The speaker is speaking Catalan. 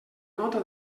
nota